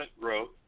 growth